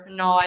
no